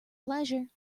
pleasure